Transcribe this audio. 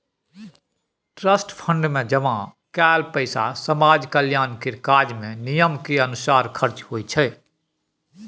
trust fund मे जमा कएल पैसा समाज कल्याण केर काज मे नियम केर अनुसार खर्च होइ छै